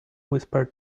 whispered